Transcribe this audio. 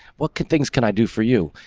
what can things can i do for you?